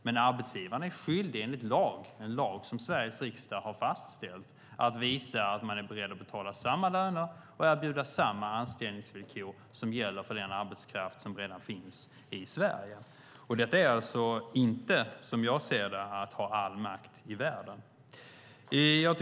Men arbetsgivaren är skyldig enligt den lag som Sveriges riksdag har fastställt att visa att man är beredd att betala samma löner och erbjuda samma anställningsvillkor som gäller för den arbetskraft som redan finns i Sverige. Detta är alltså inte att ha all makt i världen, som jag ser det.